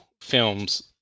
films